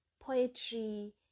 Poetry